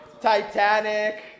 Titanic